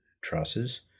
trusses